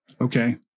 okay